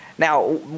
Now